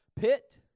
pit